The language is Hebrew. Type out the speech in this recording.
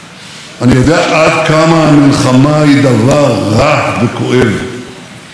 ואני עושה הכול כדי למנוע מלחמות מיותרות.